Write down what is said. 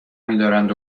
میدارند